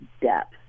depth